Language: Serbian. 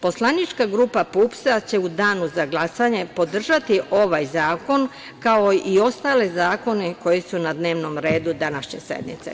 Poslanička grupa PUPS-a će u danu za glasanje podržati ovaj zakon, kao i ostale zakone koji su na dnevnom redu današnje sednice.